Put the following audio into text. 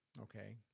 okay